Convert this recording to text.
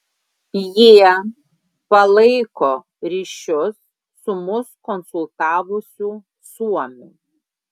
jie palaiko ryšius su mus konsultavusiu suomiu